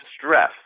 stress